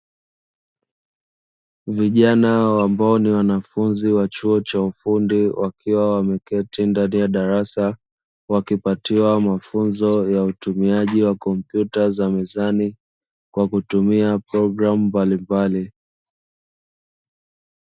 Vijana wa ambao ni wanafunzi wa chuo cha ufundi, wakiwa wameketi ndani ya darasa wa kipatiwa mafunzo ya utumiaji wa kompyuta za mezani kwa kutumia programu mbalimbali.